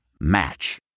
Match